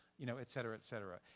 you know et cetera, et cetera.